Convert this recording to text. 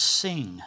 sing